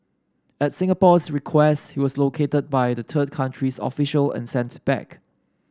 at Singapore's request he was located by the third country's official and sent back